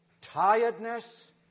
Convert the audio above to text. Tiredness